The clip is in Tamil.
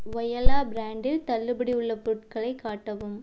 ஒயலா பிராண்டில் தள்ளுபடி உள்ள பொருட்களை காட்டவும்